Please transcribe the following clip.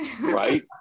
Right